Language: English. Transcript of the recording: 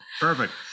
Perfect